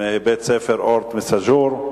מבית-ספר "אורט" בסאג'ור.